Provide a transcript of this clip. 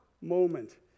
moment